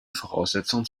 voraussetzung